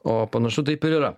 o panašu taip ir yra